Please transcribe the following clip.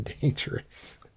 dangerous